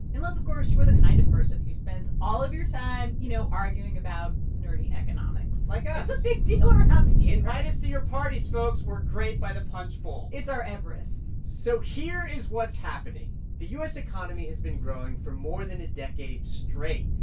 unless, of course, you are the kind of person who spends all of your time, you know, arguing about nerdy economics like us it's a big deal around here invite us to your parties, folks. we're great by the punch bowl it's our everest so here is what's happening. the u s. economy has been growing for more than a decade straight.